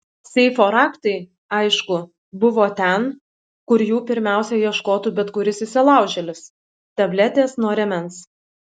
seifo raktai aišku buvo ten kur jų pirmiausia ieškotų bet kuris įsilaužėlis tabletės nuo rėmens